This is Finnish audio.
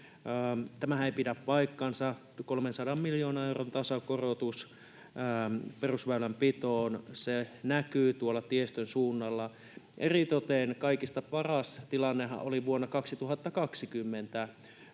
Tämähän ei pidä paikkaansa: 300 miljoonan euron tasokorotus perusväylänpitoon — se näkyy tuolla tiestön suunnalla. Eritoten kaikista paras tilannehan oli vuonna 2020,